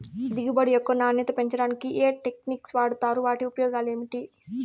దిగుబడి యొక్క నాణ్యత పెంచడానికి ఏ టెక్నిక్స్ వాడుతారు వాటి ఉపయోగాలు ఏమిటి?